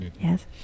Yes